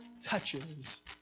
touches